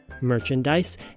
merchandise